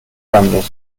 landes